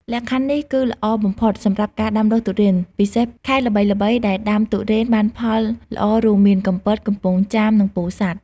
លក្ខខណ្ឌនេះគឺល្អបំផុតសម្រាប់ការដាំដុះទុរេន ពិសេសខេត្តល្បីៗដែលដាំទុរេនបានផលល្អរួមមាន កំពត កំពង់ចាម និងពោធិ៍សាត់។